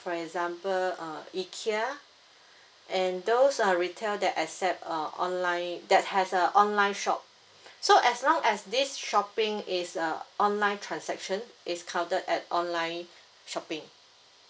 for example err ikea and those are retail that I said err online that has a online shop so as long as this shopping is err online transaction it's counted as online shopping